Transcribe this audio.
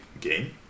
game